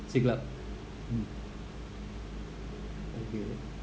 siglap mm okay